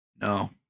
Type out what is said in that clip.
No